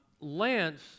Lance